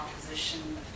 Opposition